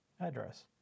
address